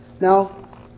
Now